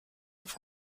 auf